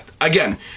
Again